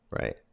Right